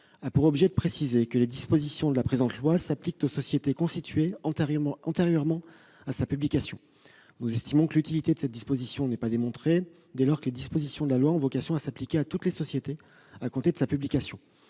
la commission, précise que les dispositions du texte s'appliquent aux sociétés constituées antérieurement à sa publication. Nous estimons que l'utilité de cette mesure n'est pas démontrée, dès lors que les dispositions de la loi ont vocation à s'appliquer à toutes les sociétés à compter de sa publication.